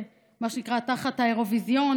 מה שנקרא תחת האירוויזיון,